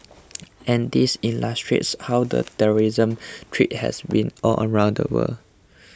and these illustrates how the terrorism threat has been all around the world